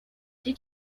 did